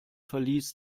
verließ